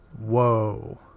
whoa